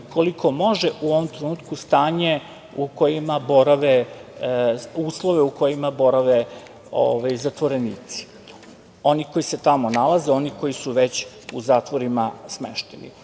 koliko može, u ovom trenutku stanje u kojima borave, uslovi u kojima borave zatvorenici, oni koji se tamo nalaze, oni koji su već u zatvorima smešteni. Ono